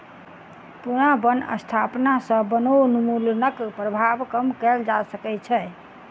पुनः बन स्थापना सॅ वनोन्मूलनक प्रभाव कम कएल जा सकै छै